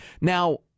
Now